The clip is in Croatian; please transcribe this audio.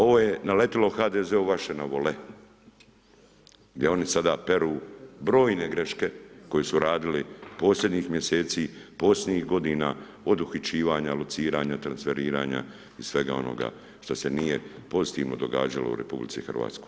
Ovo je naletilo HDZ-u vaše … gdje oni sada peru brojne greške koje su radili posljednjih mjeseci, posljednjih godina, od uhićivanja, lociranja, transferiranja i svega onoga što se nije pozitivno događalo u RH.